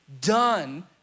done